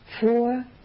Four